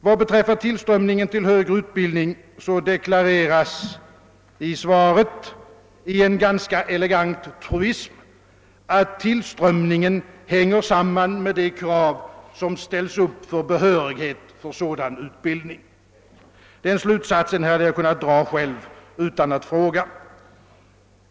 Vad beträffar tillströmningen till högre utbildning deklareras i svaret i en ganska elegant truism att tillströmningen hänger samman med de krav som ställs upp för behörighet för sådan utbildning. Den slutsatsen hade jag kun nat dra själv, utan att fråga.